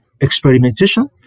experimentation